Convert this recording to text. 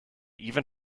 even